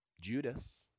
Judas